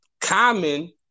common